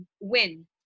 win